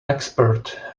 expert